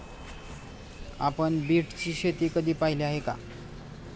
आपण बीटची शेती कधी पाहिली आहे का?